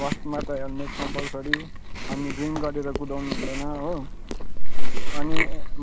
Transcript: फर्स्टमा त helmet compulsory अनि ड्रिन्क गरेर कुदाउनु हुँदैन हो अनि